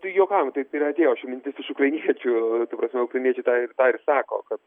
tai juokaujam tai tai ir atėjo ši mintis iš ukrainiečių ta prasme ukrainiečiai tą ir tą ir sako kad